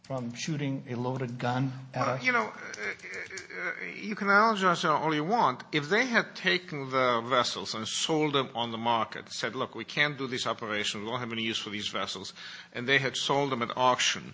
shooting a loaded gun you know you can only want if they have taken the vessels and sold them on the market said look we can do this operation will have any use for these vessels and they had sold them at auction